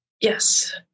Yes